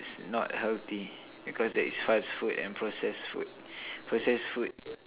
not healthy because that is fast food and process food process food